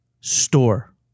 store